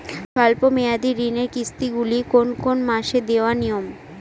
স্বল্প মেয়াদি ঋণের কিস্তি গুলি কোন কোন মাসে দেওয়া নিয়ম?